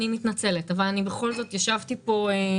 אני מתנצלת אבל אני בכל זאת ישבתי כאן